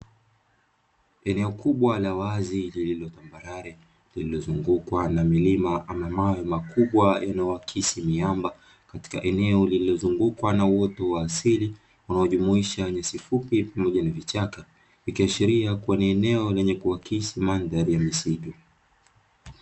Eneo kubwa la wazi lililo tambarare, lililozungukwa na milima ama mawe makubwa yanayoakisi miamba, katika eneo lililozungukwa na uwepo wa asili, unaojumuisha nyasi fupi pamoja na vichaka. Ikiashiria kuwa ni eneo lenye kuakisi mandhari ya misitu.